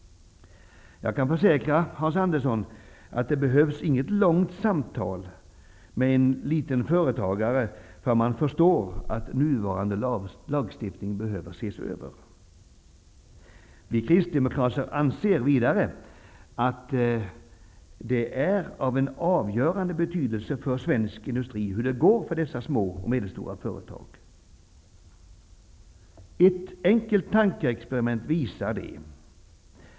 Jag kan försäkra Hans Andersson att det inte behövs något långt samtal med en liten företagare förrän man förstår att nuvarande lagstiftning behöver ses över. Vi kristdemokrater anser vidare att det är av avgörande betydelse för svensk industri hur det går för de små och medelstora företagen. Ett enkelt tankeexperiment visar det.